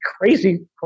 crazy